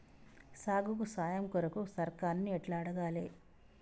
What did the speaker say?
సాగుకు సాయం కొరకు సర్కారుని ఎట్ల అడగాలే?